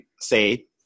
say